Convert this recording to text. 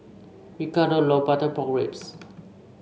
Ricardo loves Butter Pork Ribs